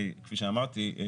כפי שאמרתי,